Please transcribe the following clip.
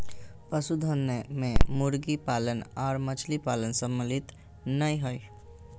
पशुधन मे मुर्गी पालन आर मछली पालन सम्मिलित नै हई